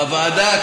בוועדה,